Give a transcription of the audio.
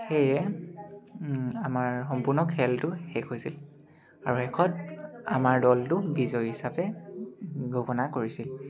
সেয়ে আমাৰ সম্পূৰ্ণ খেলটো শেষ হৈছিল আৰু শেষত আমাৰ দলটো বিজয়ী হিচাপে ঘোষণা কৰিছিল